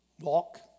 Walk